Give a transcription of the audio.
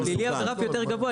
בפלילי הרף יותר גבוה,